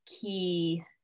key